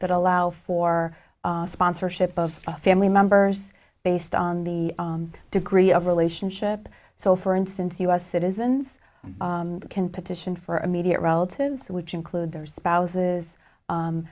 that allow for sponsorship of family members based on the degree of relationship so for instance u s citizens can petition for immediate relatives which include their spouses